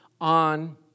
on